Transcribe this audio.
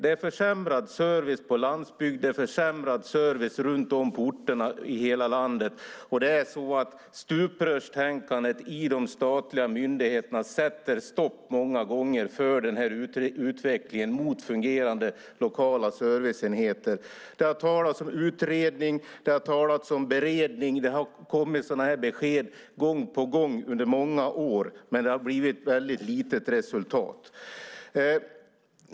Det är försämrad service på landsbygden och på orter runt om i hela landet. Stuprörstänkandet i de statliga myndigheterna sätter många gånger stopp för utvecklingen mot fungerande lokala serviceenheter. Det har talats om utredning, det har talats om beredning och det har kommit sådana här besked gång på gång under många år, men det har blivit väldigt lite resultat.